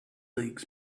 leagues